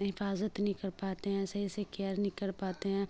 حفاظت نہیں کر پاتے ہیں صحیح سے کیئر نہیں کر پاتے ہیں